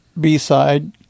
B-side